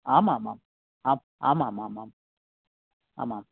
आम् आम् आम् आम् आम् आम् आम् आम्